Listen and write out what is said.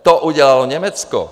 To udělalo Německo.